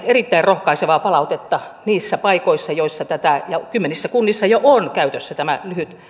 erittäin rohkaisevaa palautetta niissä paikoissa joissa tämä on ollut käytössä ja kymmenissä kunnissa jo on käytössä tämä